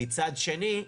מצד שני,